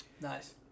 Nice